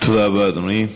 תודה רבה, אדוני.